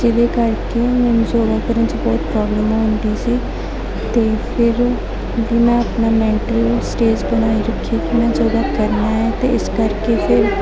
ਜਿਹਦੇ ਕਰਕੇ ਮੈਨੂੰ ਯੋਗਾ ਕਰਨ 'ਚ ਬਹੁਤ ਪ੍ਰੋਬਲਮ ਆਉਂਦੀ ਸੀ ਅਤੇ ਫਿਰ ਵੀ ਮੈਂ ਆਪਣਾ ਮੈਂਟਲੀ ਸਟੇਜ ਬਣਾਈ ਰੱਖੀ ਕਿ ਮੈਂ ਯੋਗਾ ਕਰਨਾ ਹੈ ਅਤੇ ਇਸ ਕਰਕੇ ਫਿਰ